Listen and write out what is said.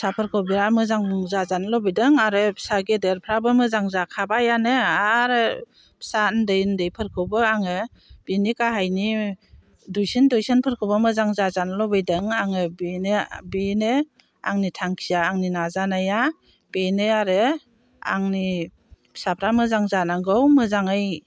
फिसाफोरखौ बिराद मोजां जाजानो लुबैदों आरो फिसा गेदेरफ्राबो मोजां जाखाबायानो आरो फिसा उन्दै उन्दैफोरखौबो आङो बिनि गाहायनि दुइसिन दुइसिनफोरखौबो मोजां जाजानो लुबैदों आङो बेनो बेनो आंनि थांखिया आंनि नाजानाया बेनो आरो आंनि फिसाफ्रा मोजां जानांगौ मोजाङै